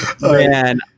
Man